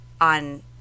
on